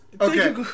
okay